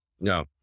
No